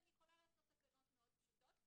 ואני יכולה לעשות תקנות מאוד פשוטות.